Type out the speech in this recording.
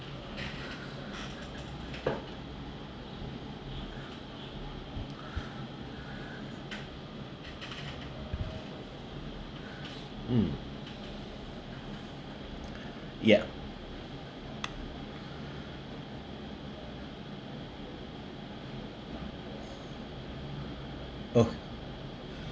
mm ya oh